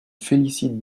félicite